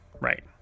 right